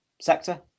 sector